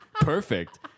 Perfect